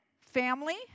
family